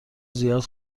زیاد